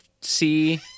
see